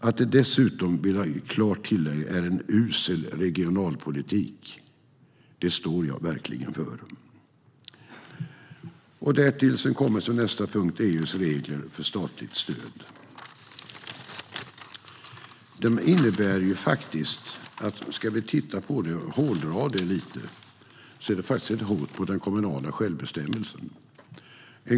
Det är dessutom en usel regionalpolitik. Det står jag verkligen för. Därtill kommer som nästa punkt EU:s regler för statligt stöd. Om man hårdrar det lite grann innebär de faktiskt ett hot mot den kommunala självbestämmelsen.